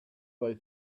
they